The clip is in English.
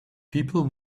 people